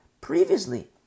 previously